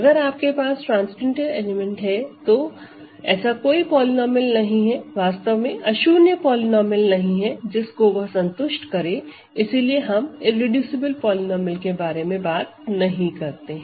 अगर आपके पास ट्रान्सेंडेंटल एलिमेंट है तो ऐसा कोई पॉलीनोमिअल नहीं है वास्तव में अशून्य पॉलीनोमिअल नहीं है जिस को वह संतुष्ट करें इसलिए हम इररेडूसिबल पॉलीनोमिअल के बारे में बात नहीं करते हैं